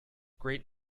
great